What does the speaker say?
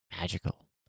magical